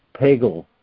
Pagel